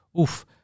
oof